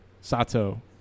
sato